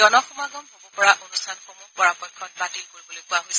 জনসমাগম হব পৰা অনুষ্ঠানসমূহ পৰাপক্ষত বাতিল কৰিবলৈ কোৱা হৈছে